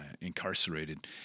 Incarcerated